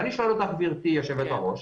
אני שואל אותך גברתי יושבת הראש,